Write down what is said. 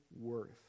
worth